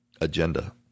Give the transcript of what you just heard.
agenda